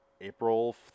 April